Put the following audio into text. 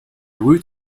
root